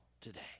today